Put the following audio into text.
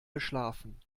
geschlafen